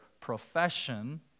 profession